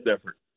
effort